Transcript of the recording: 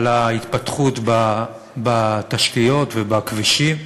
על ההתפתחות בתשתיות ובכבישים,